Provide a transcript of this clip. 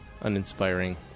uninspiring